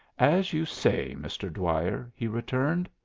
as you say, mr. dwyer, he returned.